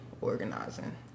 organizing